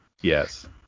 yes